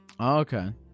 Okay